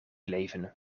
leven